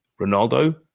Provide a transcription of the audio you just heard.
Ronaldo